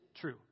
true